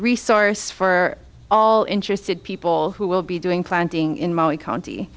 resource for all interested people who will be doing planting in maui county